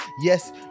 yes